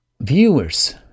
viewers